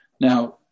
now